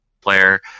player